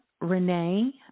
Renee